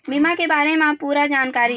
बीमा के बारे म पूरा जानकारी?